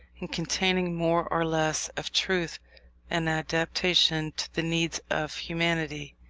and containing more or less of truth and adaptation to the needs of humanity.